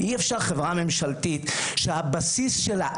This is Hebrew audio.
אי אפשר חברה ממשלתית שהבסיס שלה,